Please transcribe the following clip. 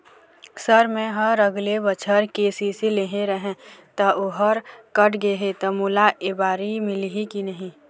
Sir मेहर अगले बछर के.सी.सी लेहे रहें ता ओहर कट गे हे ता मोला एबारी मिलही की नहीं?